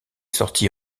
sorti